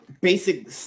basic